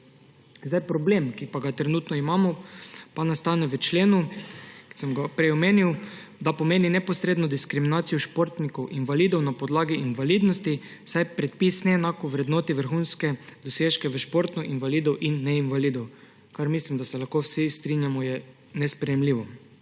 Problem, ki pa ga trenutno imamo, pa nastane v členu, ki sem ga prej omenil, da pomeni neposredno diskriminacijo športnikov invalidov na podlagi invalidnosti, saj predpis neenako vrednoti vrhunske dosežke v športu invalidov in neinvalidov, kar mislim, da se lahko vsi strinjamo, da je nesprejemljivo.